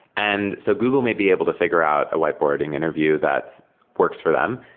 and so google may be able to fi gure out a whiteboarding interview that works for them.